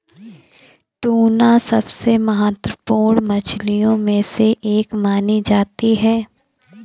tuna सबसे महत्त्वपूर्ण मछलियों में से एक मानी जाती है